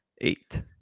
eight